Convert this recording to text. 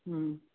ಹ್ಞೂ